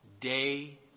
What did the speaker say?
day